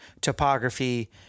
topography